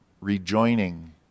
rejoining